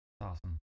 Awesome